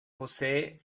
posee